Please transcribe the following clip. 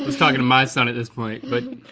was talking to my son at this point, but,